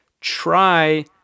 try